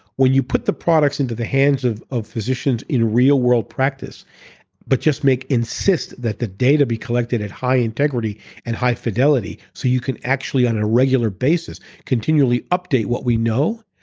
when you put the products into the hands of of physicians in real-world practice but just insist that the data be collected at high integrity and high fidelity, so you can actually on a regular basis continually update what we know,